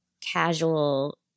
casual